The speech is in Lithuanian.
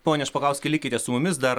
pone špokauskai likite su mumis dar